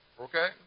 okay